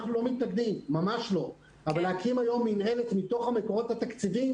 אבל להקים את זה מתוך המקורות התקציביים